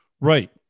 Right